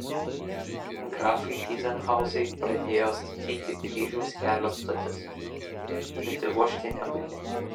grafai tyzenhauzai pradėjo statyti kryžiaus kelio stotis bet įruošti nebaigė